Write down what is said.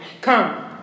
Come